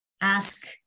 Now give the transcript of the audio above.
ask